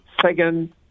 Second